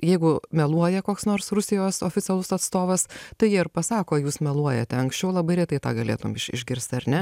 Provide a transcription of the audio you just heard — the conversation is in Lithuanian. jeigu meluoja koks nors rusijos oficialus atstovas tai jie ir pasako jūs meluojate anksčiau labai retai tą galėtum iš išgirsti ar ne